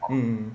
mm